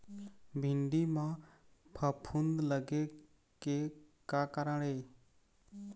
भिंडी म फफूंद लगे के का कारण ये?